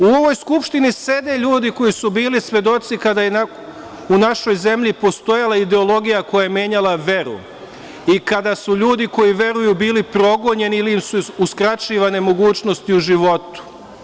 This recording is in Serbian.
U ovoj Skupštini sede ljudi koji su bili svedoci kada je u našoj zemlji postojala ideologija koja je menjala veru i kada, ljudi koji veruju, bili su progonjeni, ili su im bile uskraćivane mogućnosti u životu.